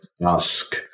ask